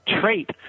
trait